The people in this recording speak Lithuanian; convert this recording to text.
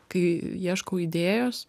kai ieškau idėjos